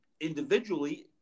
individually